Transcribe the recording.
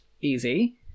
easy